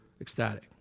ecstatic